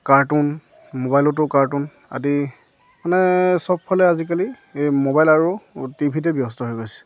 cartoon ম'বাইলতো cartoon আদি মানে চব ফালে আজিকালি এই ম'বাইল আৰু টিভিতে ব্যস্ত হৈ গৈছে